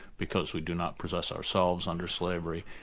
because we do not possess ourselves under slavery.